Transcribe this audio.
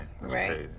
Right